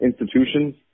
institutions